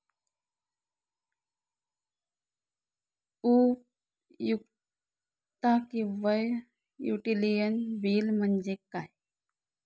उपयुक्तता किंवा utility bill म्हणजे काय?